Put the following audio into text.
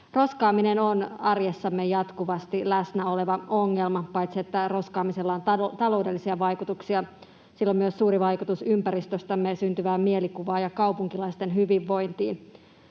Roskaaminen on arjessamme jatkuvasti läsnä oleva ongelma. Paitsi että roskaamisella on taloudellisia vaikutuksia, sillä on myös suuri vaikutus ympäristöstämme syntyvään mielikuvaan ja kaupunkilaisten hyvinvointiin.